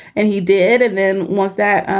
and he did. and then once that,